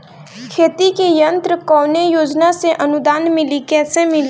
खेती के यंत्र कवने योजना से अनुदान मिली कैसे मिली?